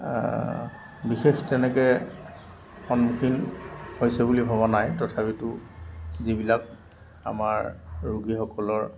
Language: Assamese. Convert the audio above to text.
বিশেষ তেনেকৈ সন্মুখীন হৈছে বুলি ভবা নাই তথাপিতো যিবিলাক আমাৰ ৰোগীসকলৰ